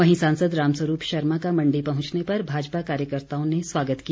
वहीं सांसद राम स्वरूप शर्मा का मण्डी पहुंचने पर भाजपा कार्यकर्ताओं ने स्वागत किया